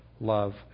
love